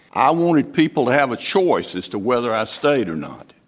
i wanted people to have a choice as to whether i stayed or not.